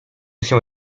się